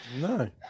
No